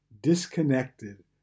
disconnected